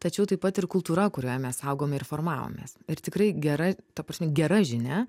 tačiau taip pat ir kultūra kurioje mes augome ir formavomės ir tikrai gera ta prasme gera žinia